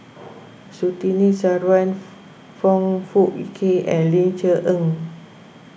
Surtini Sarwan Foong Fook Kay and Ling Cher Eng